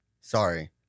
Sorry